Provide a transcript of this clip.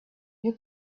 you